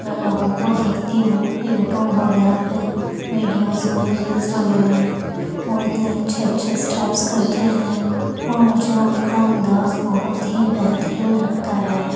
میں لوگوں کو دیکھتی ہوں یوٹوب وغیرہ پہ ویڈیوز میں ریلس وغیرہ میں وہ اتنے اچھے اچھے اسٹپس کرتے ہیں اور مجھے اُن کا انداز بہت ہی بہترین لگتا ہے